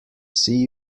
see